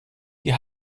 die